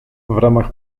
ramach